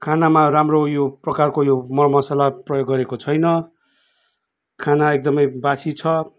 खानामा राम्रो उयो प्रकारको यो मरमसला प्रयोग गरेको छैन खाना एकदमै बासी छ